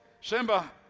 Simba